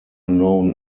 known